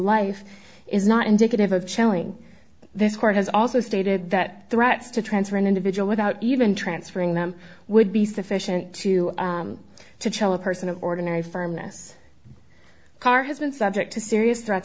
life is not indicative of chilling this court has also stated that threats to transfer an individual without even transferring them would be sufficient to to tell a person of ordinary firmness karr has been subject to serious threats